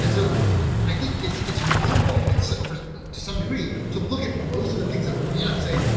and so i think it's it's normal and so for some degree to look at most of the things that are coming out and say,